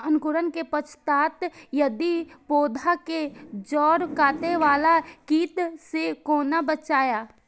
अंकुरण के पश्चात यदि पोधा के जैड़ काटे बाला कीट से कोना बचाया?